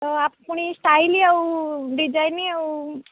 ହଁ ଆପଣ ଷ୍ଟାଇଲ୍ ଆଉ ଡିଜାଇନ୍ ଆଉ